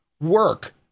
work